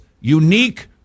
unique